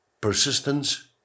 persistence